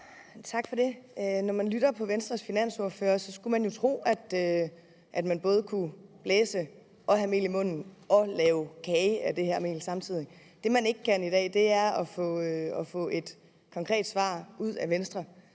Tak for det. Når man lytter til Venstres finansordfører, skulle man jo tro, at man både kunne blæse og have mel i munden og lave kage af det her mel samtidig. Det, man ikke kan i dag, er at få et konkret svar ud af Venstre.